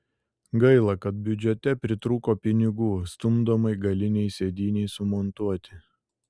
gaila kad biudžete pritrūko pinigų stumdomai galinei sėdynei sumontuoti